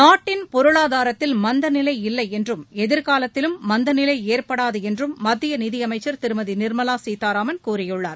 நாட்டின் பொருளாதாரத்தில் மந்தநிலை இல்லை என்றும் எதிர்காலத்திலும் மந்தநிலை ஏற்படாது என்றும் மத்திய நிதியமைச்சர் திருமதி நிர்மலா சீதாராமன் கூறியுள்ளார்